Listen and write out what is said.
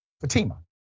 Fatima